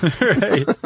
Right